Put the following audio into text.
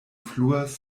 fluas